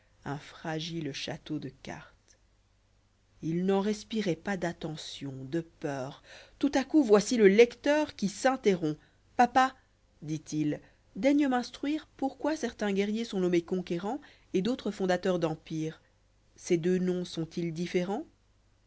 fragile château dé cartes m il n'en respirait pas d'attention de peur tout coup voici le lecteur i qui s'interrompt papa dit-il daigné m'instruire pourquoi certains guerriers sont nommés conquérants et d'autres fondateurs d'empire ces deux noms'sô'ritfls différents